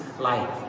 life